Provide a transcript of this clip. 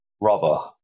rubber